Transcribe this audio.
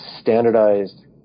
standardized